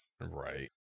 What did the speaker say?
Right